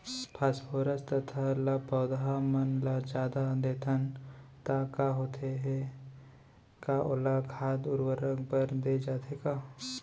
Phosphorus तथा ल पौधा मन ल जादा देथन त का होथे हे, का ओला खाद उर्वरक बर दे जाथे का?